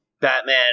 Batman